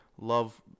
love